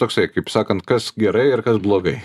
toksai kaip sakant kas gerai ir kas blogai